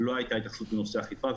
לא הייתה התייחסות לנושא אכיפה.